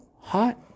hot